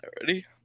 Ready